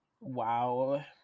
Wow